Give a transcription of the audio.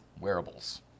wearables